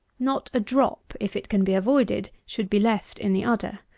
not a drop, if it can be avoided, should be left in the udder.